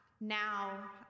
now